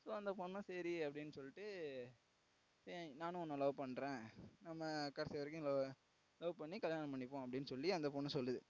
so அந்த பொண்ணும் சரி அப்படின்னு சொல்லிட்டு சரி நானும் உன்னை லவ் பண்ணுறன் நம்ம கடைசி வரைக்கும் லவ் பண்ணி கல்யாணம் பண்ணிப்போம் அப்படின்னு சொல்லி அந்த பொண்ணு சொல்லுது